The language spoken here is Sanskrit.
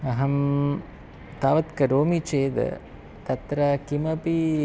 अहं तावत् करोमि चेद् तत्र किमपि